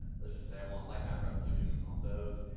let's just say i want lightmap resolution on those.